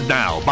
now